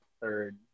Third